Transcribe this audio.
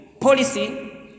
policy